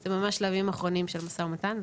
זה ממש שלבים אחרונים של משא ומתן,